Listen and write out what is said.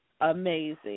Amazing